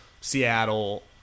Seattle